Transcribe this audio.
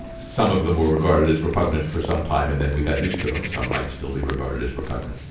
some of them more regarded as repugnant for some time and then we got used to them some might still be regarded as repugnant